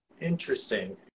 Interesting